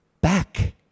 back